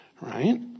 Right